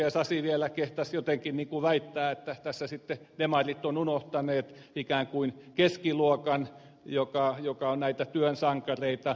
sasi vielä kehtasi jotenkin väittää että tässä demarit ovat sitten ikään kuin unohtaneet keskiluokan joka on näitä työn sankareita